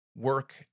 work